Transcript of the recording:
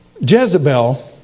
Jezebel